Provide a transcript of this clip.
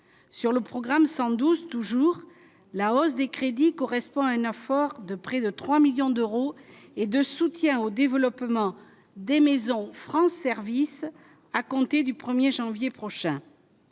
sur le programme 112 toujours la hausse des crédits correspond à un effort de près de 3 millions d'euros et de soutien au développement des maisons France service à compter du 1er janvier prochain